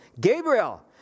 Gabriel